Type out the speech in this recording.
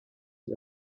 die